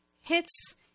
hits